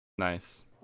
Nice